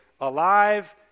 Alive